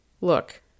Look